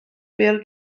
bêl